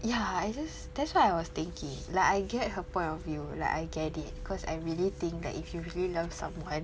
ya I just that's why I was thinking like I get her point of view like I get it cause I really think that if you really love someone